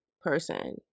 person